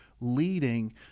leading